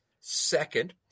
Second